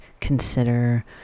consider